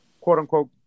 quote-unquote